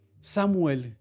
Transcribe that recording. Samuel